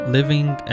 Living